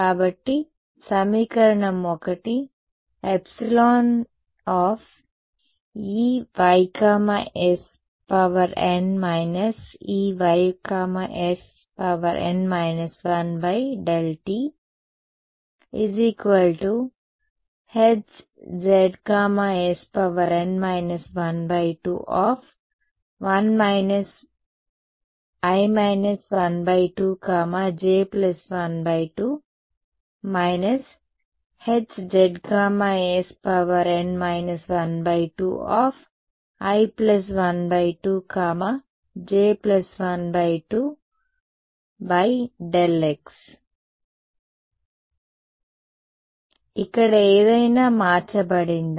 కాబట్టి సమీకరణం 1 Eysn Eysn 1∆t Hzsn 12i 12j12 Hzsn 12i12j12∆x ఇక్కడ ఏదైనా మార్చబడిందా